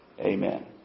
Amen